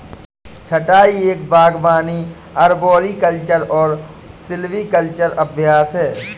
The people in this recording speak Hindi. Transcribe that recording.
छंटाई एक बागवानी अरबोरिकल्चरल और सिल्वीकल्चरल अभ्यास है